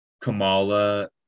Kamala